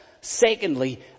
Secondly